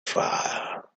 fire